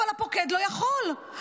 אבל הפוקד לא יכול,